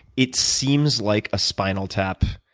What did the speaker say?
it seems like a spinal tap